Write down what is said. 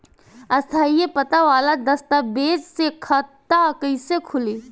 स्थायी पता वाला दस्तावेज़ से खाता कैसे खुली?